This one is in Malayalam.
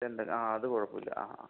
ചെന്തെങ്ങ് ആ അത് കുഴപ്പം ഇല്ല ആ ആ ആ ആ